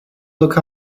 look